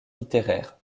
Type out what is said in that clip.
littéraire